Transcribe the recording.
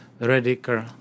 radical